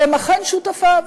והם אכן שותפיו.